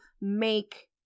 make